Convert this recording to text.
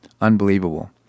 Unbelievable